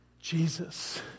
Jesus